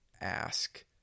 ask